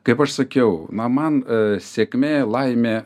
kaip aš sakiau na man sėkmė laimė